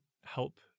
help